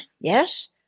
Yes